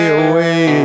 away